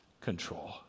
control